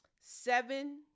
Seven